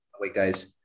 weekdays